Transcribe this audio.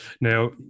Now